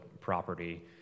property